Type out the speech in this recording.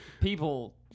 people